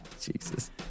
Jesus